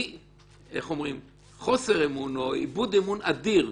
איבוד אמון אדיר?